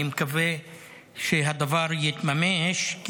אני מקווה שהדבר יתממש,